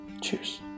cheers